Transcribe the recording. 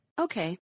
Okay